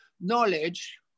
knowledge